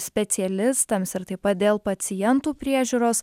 specialistams ir taip pat dėl pacientų priežiūros